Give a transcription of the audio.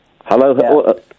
Hello